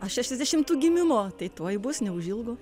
šešiasdešimtų gimimo tai tuoj bus neužilgo